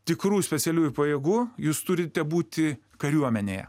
tikrų specialiųjų pajėgų jūs turite būti kariuomenėje